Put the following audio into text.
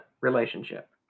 relationship